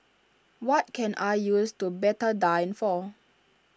what can I use do Betadine for